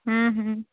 हूँ हूँ